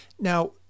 now